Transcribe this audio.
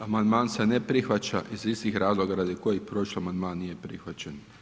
Amandman se ne prihvaća iz istih razloga radi kojih prošli amandman nije prihvaćen.